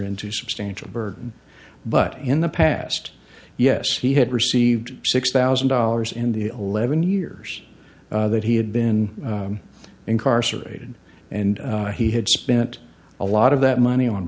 into substantial burden but in the past yes he had received six thousand dollars in the eleven years that he had been incarcerated and he had spent a lot of that money on